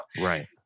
Right